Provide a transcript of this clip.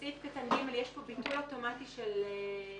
בסעיף קטן (ג) יש ביטול אוטומטי של הרשאה,